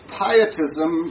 pietism